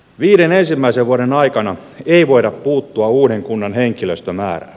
viiden ensimmäisen vuoden aikana ei voida puuttua uuden kunnan henkilöstömäärään